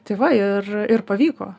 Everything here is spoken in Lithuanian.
tai va ir ir pavyko